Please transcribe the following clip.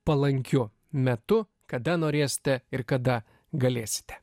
palankiu metu kada norėsite ir kada galėsite